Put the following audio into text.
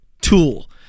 tool